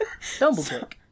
Dumbledore